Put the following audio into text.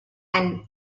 and